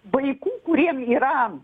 vaikų kuriem yra